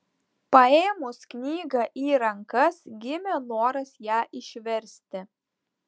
paėmus knygą į rankas gimė noras ją išversti